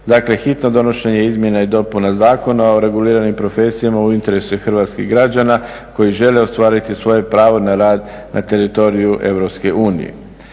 Dakle, hitno donošenje izmjena i dopuna Zakona o reguliranim profesijama u interesu je hrvatskih građana koji žele ostvariti svoje pravo na rad na teritoriju EU.